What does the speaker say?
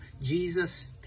Jesus